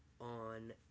on